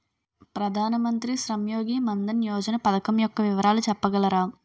ప్రధాన మంత్రి శ్రమ్ యోగి మన్ధన్ యోజన పథకం యెక్క వివరాలు చెప్పగలరా?